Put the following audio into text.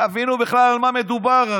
תבינו בכלל על מה מדובר.